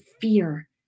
fear